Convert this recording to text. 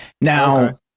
now